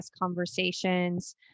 conversations